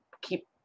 keep